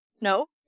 No